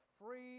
free